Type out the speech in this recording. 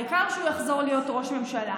העיקר שהוא יחזור להיות ראש ממשלה.